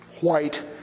white